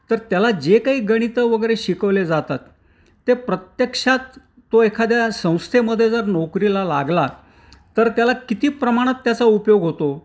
तर त्याला जे काही गणितं वगैरे शिकवले जातात ते प्रत्यक्षात तो एखाद्या संस्थेमध्ये जर नोकरीला लागला तर त्याला किती प्रमाणात त्याचा उपयोग होतो